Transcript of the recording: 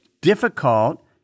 difficult